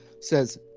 says